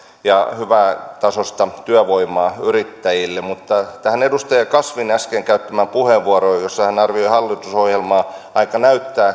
ja hyvätasoista työvoimaa yrittäjille mutta tähän edustaja kasvin äsken käyttämään puheenvuoroon jossa hän arvioi hallitusohjelmaa aika näyttää